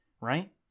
right